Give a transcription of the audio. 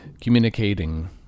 communicating